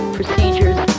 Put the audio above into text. procedures